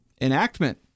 enactment